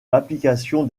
l’application